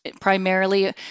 primarily